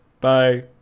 Bye